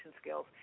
skills